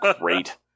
great